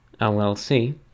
LLC